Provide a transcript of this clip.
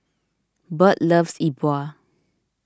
Bird loves E Bua